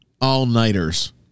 all-nighters